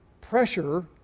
pressure